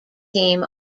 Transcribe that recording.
team